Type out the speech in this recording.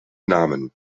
namen